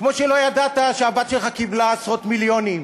כמו שלא ידעת שהבת שלך קיבלה עשרות מיליונים,